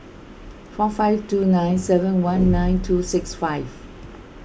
four five two nine seven one nine two six five